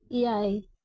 ᱮᱭᱟᱭ